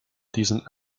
diesem